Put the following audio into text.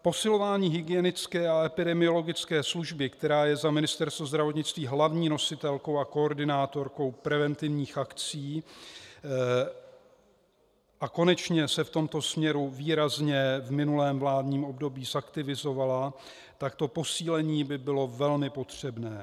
Posilování hygienické a epidemiologické služby, která je za Ministerstvo zdravotnictví hlavní nositelkou a koordinátorkou preventivních akcí, a konečně se v tomto směru výrazně v minulém vládním období zaktivizovala, tak to posílení by bylo velmi potřebné.